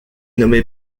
nommé